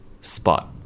spot